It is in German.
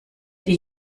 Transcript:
die